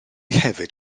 hefyd